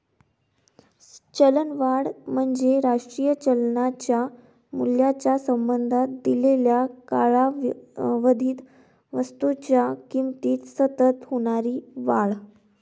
चलनवाढ म्हणजे राष्ट्रीय चलनाच्या मूल्याच्या संबंधात दिलेल्या कालावधीत वस्तूंच्या किमतीत सतत होणारी वाढ